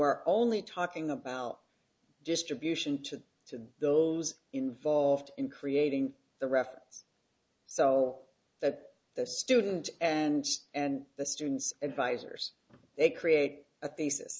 are only talking about distribution to those involved in creating the reference so that the student and and the students advisors they create a thesis